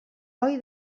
boi